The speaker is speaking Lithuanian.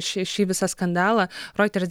šį šį visą skandalą roiters